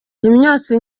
imyotsi